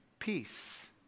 Peace